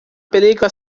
película